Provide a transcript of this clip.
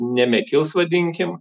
nemekils vadinkim